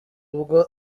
ubwo